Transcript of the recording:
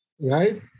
Right